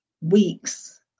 weeks